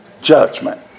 judgment